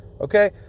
okay